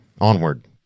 Onward